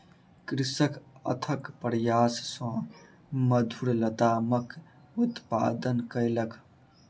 कृषक अथक प्रयास सॅ मधुर लतामक उत्पादन कयलक